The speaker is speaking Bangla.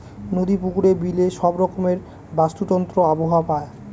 নদী, পুকুরে, বিলে সব রকমের বাস্তুতন্ত্র আবহাওয়া পায়